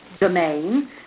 domain